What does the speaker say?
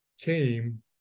came